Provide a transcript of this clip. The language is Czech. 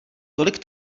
tolik